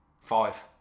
Five